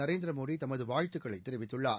நரேந்திர மோடி தமது வாழ்த்துக்களை தெரிவித்துள்ளார்